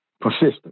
persistent